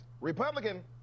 Republican